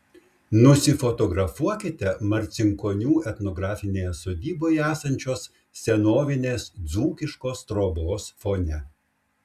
nusifotografuokite marcinkonių etnografinėje sodyboje esančios senovinės dzūkiškos trobos fone